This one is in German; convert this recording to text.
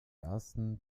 ersten